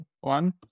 one